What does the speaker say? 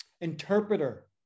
interpreter